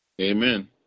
Amen